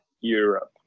Europe